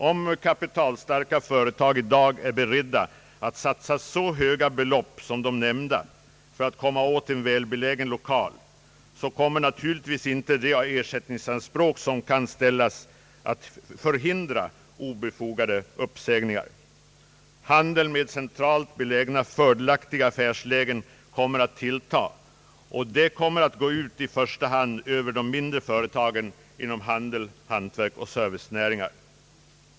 Om kapitalstarka företag i dag är beredda att satsa så höga belopp som de nämnda för att komma åt en välbelägen lokal, kommer naturligtvis inte de ersättningsanspråk som kan ställas att förhindra obefogade uppsägningar. Handeln med centralt belägna, fördelaktiga affärslägen kommer att tillta, och det kommer att i första hand gå ut över de mindre företagen inom handel, hantverk och servicenäringar.